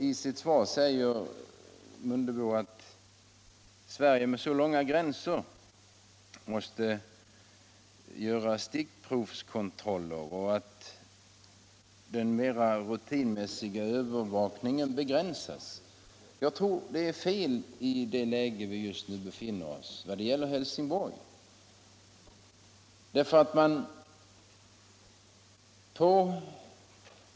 I sitt svar säger herr Mundebo att man i Sverige, som har så långa gränser, måste göra stickprovskontroller och att den mer rutinmässiga övervakningen får begränsas. Jag tror att det är fel i det läge vi just nu befinner oss i vad gäller Helsingborg.